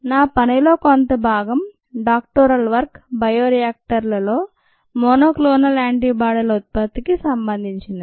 నా పనిలో కొంత భాగం డాక్టోరల్ వర్క్ బయోరియాక్టర్ లో మోనోక్లోనల్ యాంటీబాడీల ఉత్పత్తికి సంబంధించినది